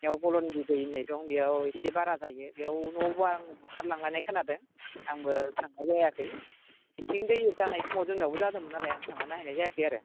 इयाव बलनदि दै होननाय दं बेयाव एसे बारा जायो बेयावनो न' बां बुखार लांजानाय खोनादों आंबो थांनाय जायाखै बिथिं दै जानाय समाव जोंनावबो जादोंमोन नालाय आं थांना नायहैनाय जायाखै आरो